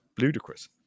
ludicrous